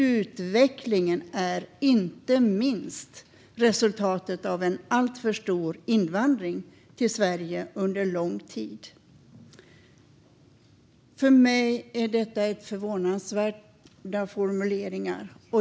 Utvecklingen är inte minst resultatet av en alltför stor invandring till Sverige under lång tid." För mig är detta förvånansvärda formuleringar.